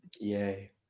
Yay